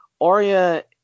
Arya